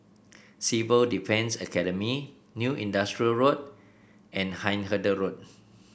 Civil Defence Academy New Industrial Road and Hindhede Road